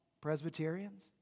Presbyterians